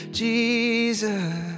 jesus